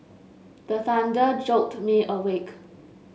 the thunder jolt me awake